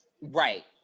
Right